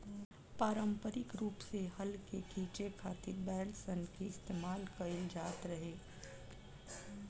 पारम्परिक रूप से हल के खीचे खातिर बैल सन के इस्तेमाल कईल जाट रहे